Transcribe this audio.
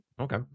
okay